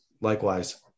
Likewise